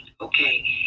okay